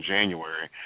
January